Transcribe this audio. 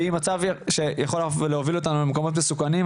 שהיא מצב שיכול להוביל אותנו למקומות מסוכנים.